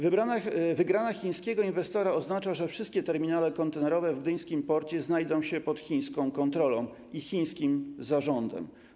Wygrana chińskiego inwestora oznacza, że wszystkie terminale kontenerowe w gdyńskim porcie znajdą się pod chińską kontrolą i chińskim zarządem.